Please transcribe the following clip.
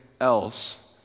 else